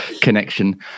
connection